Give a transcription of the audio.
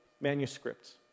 manuscripts